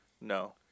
No